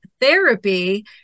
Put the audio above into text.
therapy